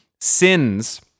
sins